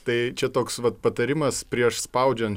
tai čia toks vat patarimas prieš spaudžian